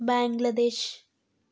Bangladesh